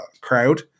crowd